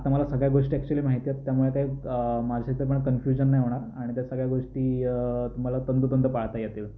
आत्ता मला सगळ्या गोष्टी ऍक्च्युली माहिती आहेत त्यामुळे काही माझेचं पण काही कन्फ्युजन नाही होणार आणि त्या सगळ्या गोष्टी मला तंतोतंत पाळता येतील